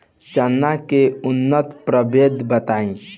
चना के उन्नत प्रभेद बताई?